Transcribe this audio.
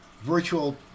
virtual